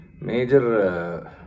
major